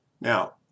Now